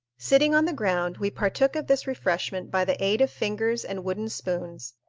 sitting on the ground, we partook of this refreshment by the aid of fingers and wooden spoons,